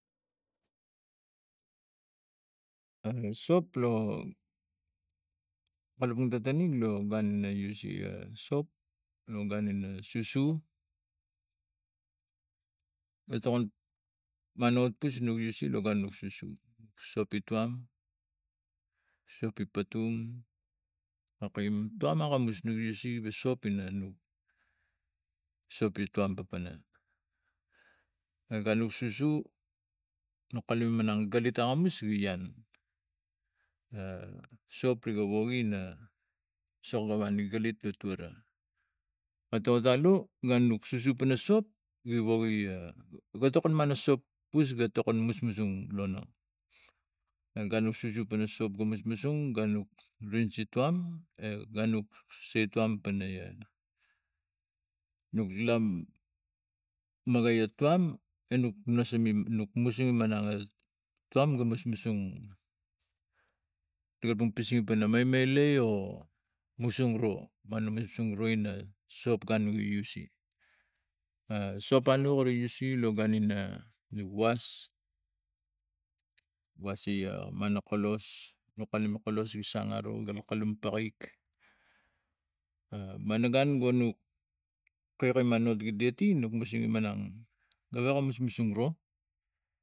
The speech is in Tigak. A sop lo kalapang tatani lo gun ina use a sop lo gun ina susu watokon manuatpus nok use lo gun nuat susu sopi tuam sopi patum okai tuman akamus nok use a sop pina nok sopi tuam papana a gun nok susu nok kalum managn gali tokamus vian a sop riga woge ina sok lo anik gari la tuara togatalu gun nok susu pana sop gi woge a gi tokon mana sop pusgatokon musmusung gun nok susu pana sop ga musmus ga nok rinse tuam e ganok swe tuam pana e nok lam maga ia tuam a nuk masamin nuk musanin managa tuam ga mosmosong malmalai no use sop alu gare usle lo gun ina was wase mana kolos mana kolos i sang aro ga kalume pakaik mal la gun ga nok kalak a lamanok deti nok mus sing emanang gewek ga mosmosong ro.